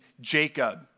Jacob